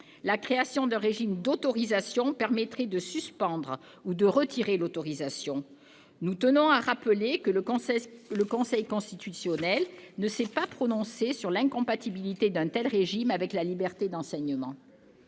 La création d'un régime d'autorisation permettrait de suspendre ou de retirer l'autorisation. Nous tenons à rappeler que le Conseil constitutionnel ne s'est pas prononcé sur l'incompatibilité d'un tel régime avec la liberté d'enseignement.